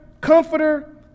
comforter